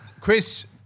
Chris